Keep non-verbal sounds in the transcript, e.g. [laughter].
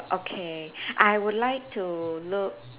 okay [breath] I would like to look